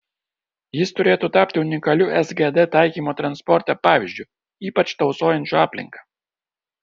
jis turėtų tapti unikaliu sgd taikymo transporte pavyzdžiu ypač tausojančiu aplinką